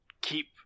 keep